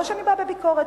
ולא שאני באה בביקורת,